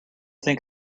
think